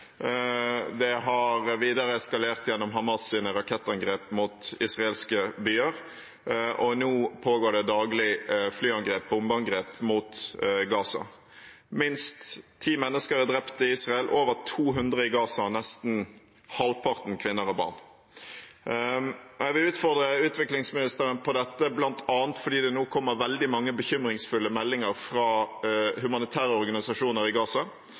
Det har videre eskalert gjennom Hamas’ rakettangrep mot israelske byer. Nå pågår det daglig flyangrep, bombeangrep, mot Gaza. Minst ti mennesker er drept i Israel, over 200 i Gaza, nesten halvparten kvinner og barn. Jeg vil utfordre utviklingsministeren på dette, bl.a. fordi det nå kommer veldig mange bekymringsfulle meldinger fra humanitære organisasjoner i Gaza.